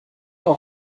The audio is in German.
auch